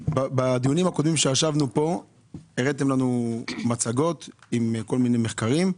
בדיונים הקודמים שישבנו פה הראיתם לנו מצגות עם כל מיני מחקרים.